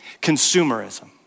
consumerism